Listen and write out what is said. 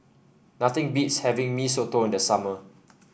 nothing beats having Mee Soto in the summer